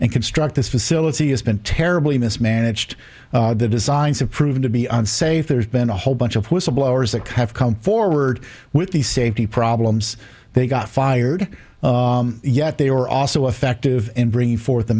and construct this facility has been terribly mismanaged the designs have proven to be unsafe there's been a whole bunch of whistleblowers that have come forward with these safety problems they got fired yet they were also effective in bringing forth